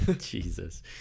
Jesus